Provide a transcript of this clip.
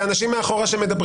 ואנשים מאחורה מדברים פה,